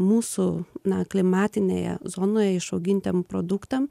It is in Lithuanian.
mūsų na klimatinėje zonoje išaugintiem produktam